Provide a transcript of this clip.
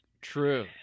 True